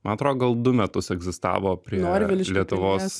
man atrodo gal du metus egzistavo prie lietuvos